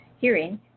hearing